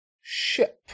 ship